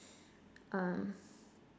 um